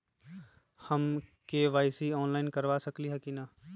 हम KYC online करवा सकली ह कि न?